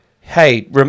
hey